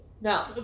No